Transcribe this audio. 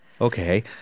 okay